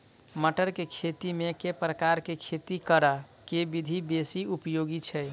मटर केँ खेती मे केँ प्रकार केँ खेती करऽ केँ विधि बेसी उपयोगी छै?